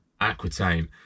Aquitaine